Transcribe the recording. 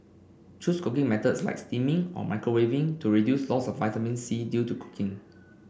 choose cooking methods like steaming or microwaving to reduce loss of vitamin C due to cooking